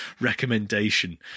recommendation